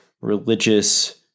religious